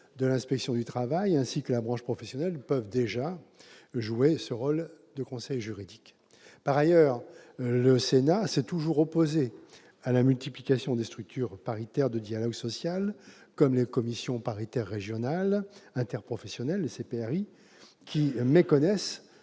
de l'inspection du travail, ainsi que la branche professionnelle, peuvent déjà jouer ce rôle de conseil juridique. Par ailleurs, le Sénat s'est toujours opposé à la multiplication des structures paritaires du dialogue social, comme les commissions paritaires régionales interprofessionnelles, les CPRI, qui méconnaissent